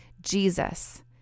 Jesus